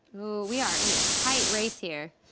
ooh, we are in a tight race here.